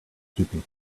keeping